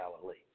Galilee